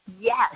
Yes